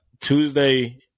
Tuesday